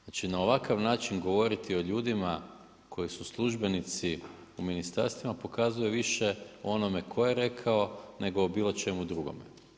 Znači na ovakav način govoriti o ljudima koji su službenici u ministarstvima pokazuje više o onome tko je rekao nego o bilo čemu drugome.